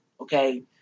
Okay